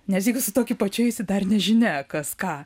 nes jeigi su tokiu pačiu eisi dar nežinia kas ką